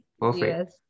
Perfect